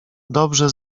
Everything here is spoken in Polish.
dobrze